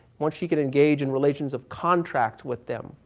once she can engage in relations of contract with them,